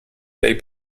dei